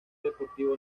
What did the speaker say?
deportivo